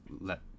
let